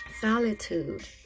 solitude